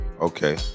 Okay